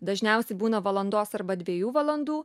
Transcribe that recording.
dažniausiai būna valandos arba dviejų valandų